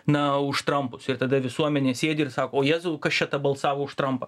na už trampus ir tada visuomenė sėdi ir sako o jėzau kas čia ta balsavo už trampą